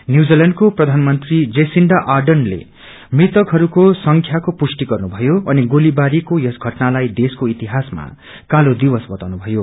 न्यूजीलैण्डको प्रधानमंत्री जेसिंड़ा आडनले मृतकहरूको संख्याको पुष्टि गर्नुभयो अनि गोलीबारीको यस घटनाई देशीक ेइतिहासमा कालो दिवस बताउनुभयो